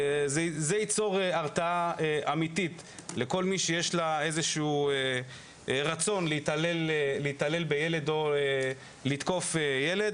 זה ייצור הרתעה אמיתית לכל מי שיש לה רצון להתעלל בילד או לתקוף ילד.